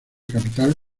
capital